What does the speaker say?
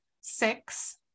six